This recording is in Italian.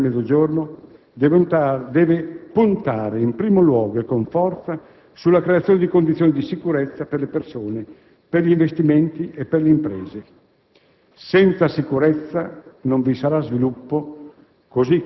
Il Governo è comunque consapevole che una politica per il Mezzogiorno deve puntare in primo luogo e con forza sulla creazione di condizioni di sicurezza per le persone, per gli investimenti e per le imprese.